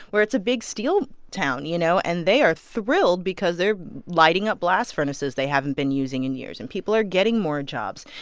where it's a big steel town, you know? and they are thrilled because they're lighting up blast furnaces they haven't been using in years, and people are getting more jobs.